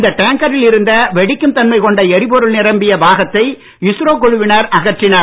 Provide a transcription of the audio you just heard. இந்த டேங்கரில் இருந்த வெடிக்கும் தன்மை கொண்ட எரிபொருள் நிரம்பிய பாகத்தை இஸ்ரோ குழுவினர் அகற்றினர்